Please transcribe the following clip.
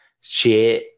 share